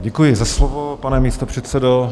Děkuji za slovo, pane místopředsedo.